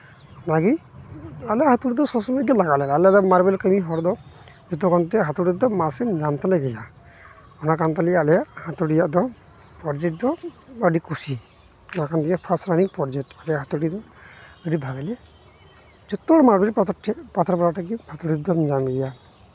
ᱚᱱᱟᱜᱮ ᱟᱞᱮᱭᱟᱜ ᱦᱟᱹᱛᱩᱲᱤ ᱫᱚ ᱥᱚᱵ ᱥᱚᱢᱚᱭᱜᱮ ᱞᱟᱜᱟᱣ ᱞᱮᱭᱟ ᱟᱞᱮ ᱨᱮᱱ ᱢᱟᱨᱵᱮᱞ ᱠᱟᱹᱢᱤ ᱦᱚᱲᱫᱚ ᱡᱚᱛᱚ ᱠᱚᱛᱮ ᱦᱟᱹᱛᱩᱲᱤ ᱫᱚ ᱢᱟᱥ ᱮᱢ ᱧᱟᱢ ᱛᱟᱞᱮ ᱜᱮᱭᱟ ᱚᱱᱟ ᱠᱟᱱ ᱛᱟᱞᱮᱭᱟ ᱟᱞᱮᱭᱟᱜ ᱦᱟᱹᱛᱩᱲᱤ ᱫᱚ ᱯᱨᱚᱡᱮᱠᱴ ᱫᱚ ᱟᱹᱰᱤ ᱠᱩᱥᱤ ᱱᱚᱣᱟ ᱠᱟᱱ ᱜᱮᱭᱟ ᱯᱨᱚᱡᱮᱠᱴ ᱟᱞᱮᱭᱟᱜ ᱦᱟᱹᱛᱩᱲᱤ ᱫᱚ ᱟᱹᱰᱤ ᱵᱷᱟᱜᱮᱞᱮ ᱡᱚᱛᱚᱦᱚᱲ ᱢᱟᱨᱵᱮᱞ ᱯᱟᱛᱷᱚᱨ ᱴᱷᱮᱡ ᱯᱟᱛᱷᱚᱨ ᱜᱳᱲᱟ ᱴᱷᱮᱡ ᱫᱚ ᱦᱟᱹᱛᱩᱲᱤ ᱫᱚᱢ ᱧᱟᱢ ᱜᱮᱭᱟ